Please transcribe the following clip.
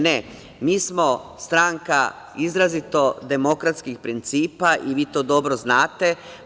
Ne, mi smo stranka izrazito demokratskih principa i vi to dobro znate.